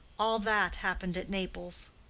all that happened at naples.